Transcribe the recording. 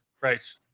Right